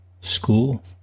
school